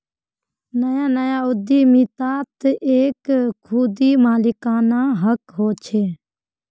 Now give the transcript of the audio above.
नया नया उद्दमितात एक खुदी मालिकाना हक़ होचे